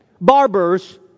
Barbers